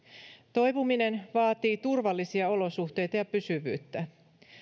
toipuminen vaatii turvallisia olosuhteita ja pysyvyyttä